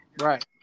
Right